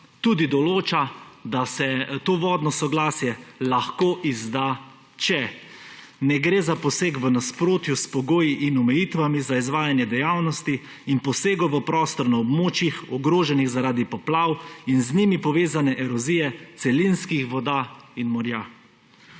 tudi določa, da se to vodno soglasje lahko izda, če ne gre za poseg v nasprotju s pogoji in omejitvami za izvajanje dejavnosti in posegom v prostor na območjih, ogroženih zaradi poplav in z njimi povezane erozije celinskih voda in morja;